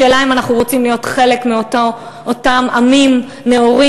השאלה אם אנחנו רוצים להיות חלק מאותם עמים נאורים,